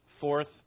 fourth